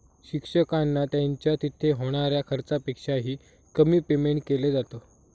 शिक्षकांना त्यांच्या तिथे होणाऱ्या खर्चापेक्षा ही, कमी पेमेंट केलं जात